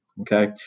okay